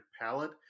palette